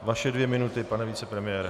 Vaše dvě minuty, pane vicepremiére.